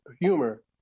humor